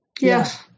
Yes